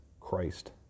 Christ